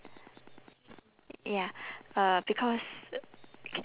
y~ ya uh because c~